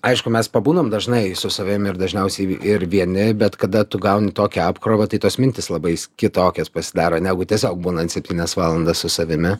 aišku mes pabūnam dažnai su savim ir dažniausiai ir vieni bet kada tu gauni tokią apkrovą tai tos mintys labais kitokios pasidaro negu tiesiog būnant septynias valandas su savimi